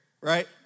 right